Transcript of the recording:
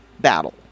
battle